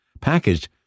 packaged